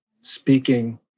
speaking